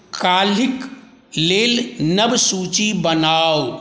काल्हिक लेल नव सूची बनाऊ